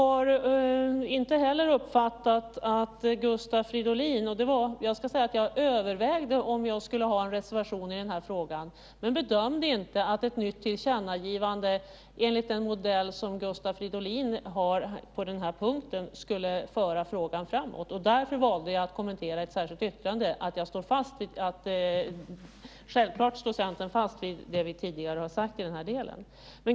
Jag övervägde om jag skulle lämna en reservation i den här frågan, men jag bedömde inte att ett nytt tillkännagivande enligt Gustav Fridolins modell skulle föra frågan framåt. Därför valde jag att i ett särskilt yttrande föra fram att Centern självfallet står fast vid det vi tidigare har sagt i den här delen.